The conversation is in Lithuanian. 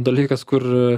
dalykas kur